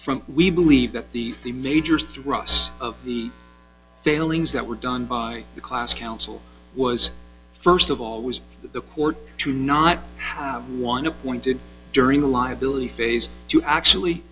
from we believe that the the major thrust of the failings that were done by the class council was first of all was the court to not have one appointed during the liability phase to actually